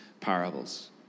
parables